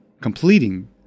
completing